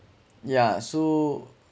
yeah so